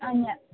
അതുതന്നെയാണ്